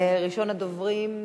ראשון הדוברים,